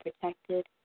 protected